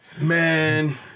man